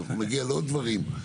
אנחנו נגיע לעוד דברים.